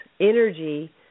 energy